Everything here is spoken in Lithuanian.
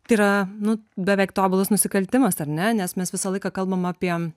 tai yra nu beveik tobulas nusikaltimas ar ne nes mes visą laiką kalbam apie